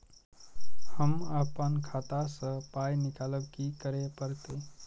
हम आपन खाता स पाय निकालब की करे परतै?